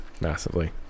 Massively